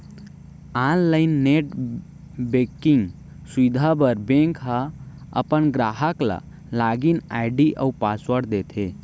online net banking सुबिधा बर bank ह अपन गराहक ल लॉगिन आईडी अउ पासवर्ड देथे